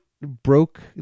broke